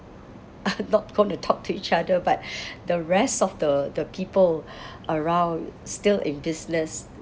are not gonna talk to each other but the rest of the the people around still in business